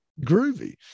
groovy